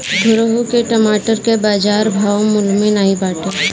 घुरहु के टमाटर कअ बजार भाव मलूमे नाइ बाटे